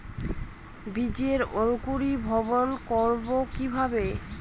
বীজের অঙ্কোরি ভবন করব কিকরে?